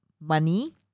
money